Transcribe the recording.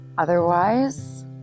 otherwise